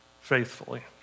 faithfully